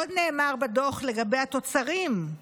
עוד נאמר בדוח לגבי התוצרים: